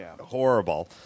horrible